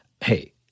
hey